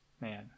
man